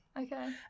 Okay